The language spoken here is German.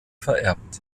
vererbt